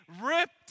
ripped